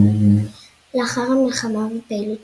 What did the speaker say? לאחר המלחמה ופעילות